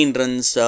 runs